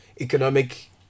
economic